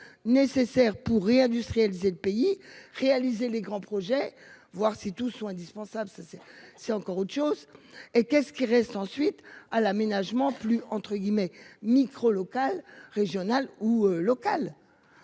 Nécessaires pour réindustrialiser le pays réaliser les grands projets, voir si tout sont indispensables. Ça c'est, c'est encore autre chose. Et qu'est-ce qui reste ensuite à l'aménagement plus entre guillemets micro-locales, régionales ou locales.